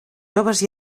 joves